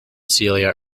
celia